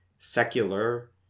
secular